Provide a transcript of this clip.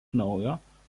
naujo